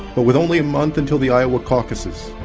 but with only a month until the iowa caucuses,